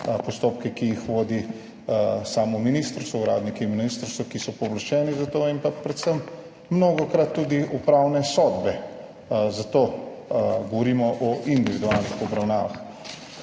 postopke, ki jih vodi samo ministrstvo, uradniki ministrstev, ki so pooblaščeni za to, in predvsem, mnogokrat tudi upravne sodbe, zato govorimo o individualnih obravnavah.